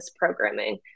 programming